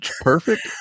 perfect